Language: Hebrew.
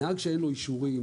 נהג שאין לו אישורים,